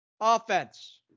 Offense